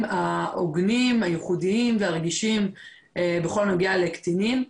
ההוגנים הייחודיים והרגישים בכל הנוגע לקטינים.